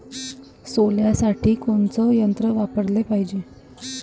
सोल्यासाठी कोनचं यंत्र वापराले पायजे?